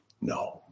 No